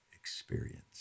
experience